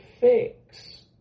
fix